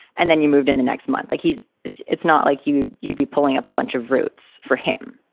and then you moved in the next month. like he's it's it's not like you you'd be pulling up a bunch of roots for him.